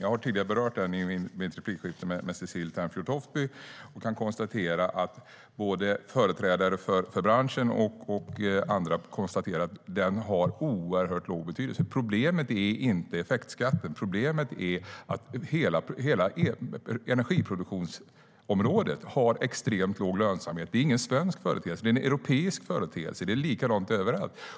Jag har tidigare berört den i mitt replikskifte med Cecilie Tenfjord-Toftby och kan konstatera att både företrädare för branschen och andra säger att den har oerhört liten betydelse. Problemet är inte effektskatten, utan problemet är att hela energiproduktionsområdet har extremt låg lönsamhet. Det är ingen svensk företeelse. Det är en europeisk företeelse. Det är likadant överallt.